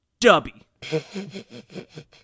Dubby